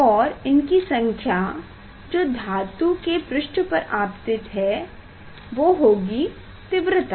और इनकी संख्या जो धातु के पृष्ठ पर आपतित है वो होगी तीव्रता